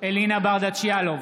אלינה ברדץ' יאלוב,